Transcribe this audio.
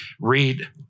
read